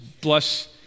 bless